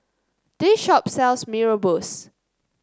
this shop sells Mee Rebus